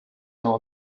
know